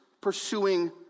pursuing